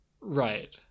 Right